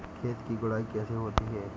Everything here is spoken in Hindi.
खेत की गुड़ाई कैसे होती हैं?